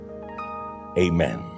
amen